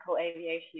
aviation